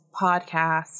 podcast